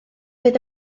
oedd